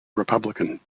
republican